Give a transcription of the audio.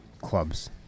clubs